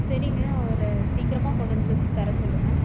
சரிங்க அவரை சீக்கிரமாக கொண்டுவந்து தர சொல்லுங்க